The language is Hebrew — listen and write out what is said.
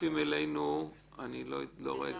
מצטרפים אלינו - יש לנו